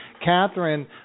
Catherine